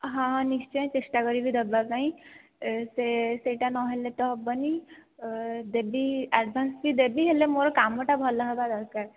ହଁ ହଁ ନିଶ୍ଚୟ ଚେଷ୍ଟା କରିବି ଦେବା ପାଇଁ ସେହିଟା ନହେଲେ ତ ହେବନି ଦେବି ଆଡ଼ଭାନ୍ସ ବି ଦେବି ହେଲେ ମୋର କାମଟା ଭଲ ହେବା ଦରକାର